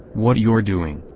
what you're doing,